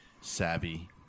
Savvy